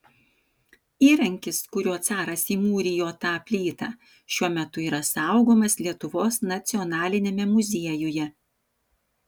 įrankis kuriuo caras įmūrijo tą plytą šiuo metu yra saugomas lietuvos nacionaliniame muziejuje